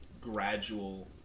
gradual